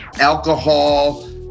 alcohol